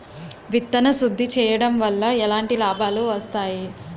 విత్తన శుద్ధి చేయడం వల్ల ఎలాంటి లాభాలు వస్తాయి?